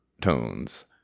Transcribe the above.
tones